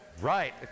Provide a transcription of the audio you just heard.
Right